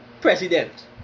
president